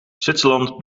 zwitserland